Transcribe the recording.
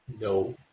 No